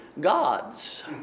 gods